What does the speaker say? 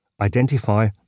identify